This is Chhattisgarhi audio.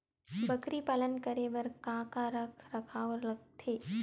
बकरी पालन करे बर काका रख रखाव लगथे?